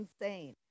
insane